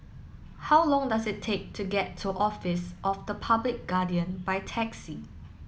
how long does it take to get to Office of the Public Guardian by taxi